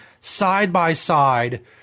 side-by-side